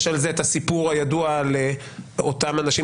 יש על זה הסיפור הידוע על אותם אנשים